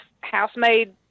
house-made